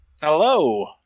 Hello